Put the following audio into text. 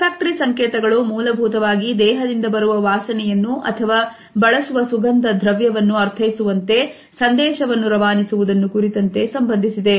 Olfactory ಸಂಕೇತಗಳು ಮೂಲಭೂತವಾಗಿ ದೇಹದಿಂದ ಬರುವ ವಾಸನೆಯನ್ನು ಅಥವಾ ಬಳಸುವ ಸುಗಂಧ ದ್ರವ್ಯವನ್ನು ಅರ್ಥೈಸುವಂತೆ ಸಂದೇಶವನ್ನು ರವಾನಿಸು ವುದನ್ನು ಕುರಿತಂತೆ ಸಂಬಂಧಿಸಿದೆ